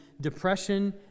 depression